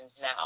now